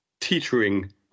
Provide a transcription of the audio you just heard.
teetering